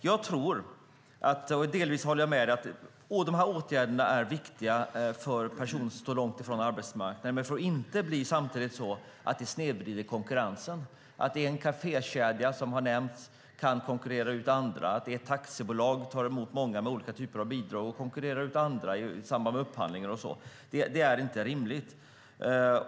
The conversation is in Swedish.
Jag tror, och delvis håller jag med dig, att de här åtgärderna är viktiga för personer som står långt från arbetsmarknaden. Men det får inte samtidigt bli så att det snedvrider konkurrensen. En kafékedja som har nämnts kan konkurrera ut andra. Det är taxibolag som tar emot många med olika typer av bidrag och konkurrerar ut andra i samband med upphandlingar och så vidare. Det är inte rimligt.